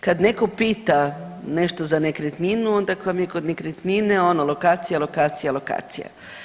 Kad netko pita nešto za nekretninu, onda koja vam je kod nekretnine, ono, lokacija, lokacija, lokacija.